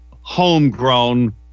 homegrown